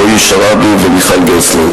רועי שרעבי ומיכל גרסטלר.